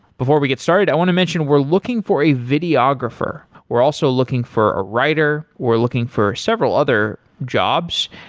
before we get started, i want to mention, we're looking for a videographer. we're also looking for a writer. we're looking for several other jobs.